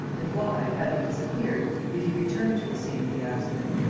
and why, having disappeared, did he return to the scene of the accident?